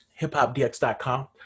hiphopdx.com